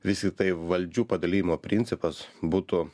visi tai valdžių padalijimo principas būtų